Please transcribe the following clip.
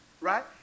right